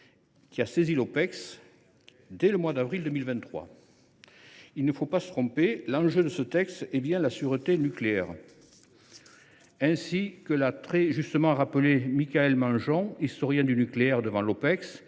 qui a saisi l’Office dès le mois d’avril 2023. Il ne faut pas s’y tromper, l’enjeu de ce texte est bien la sûreté nucléaire. Comme l’a très justement rappelé Michaël Mangeon, historien du nucléaire, devant l’Opecst,